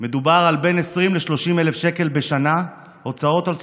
מדובר על בין 20,000 ל-30,000 שקלים בשנה הוצאות על ספורטאי,